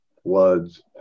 floods